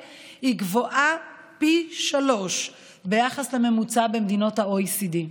גבוה פי שלושה בישראל ביחס לממוצע במדינות ה-OECD.